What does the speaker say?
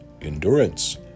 endurance